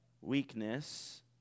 weakness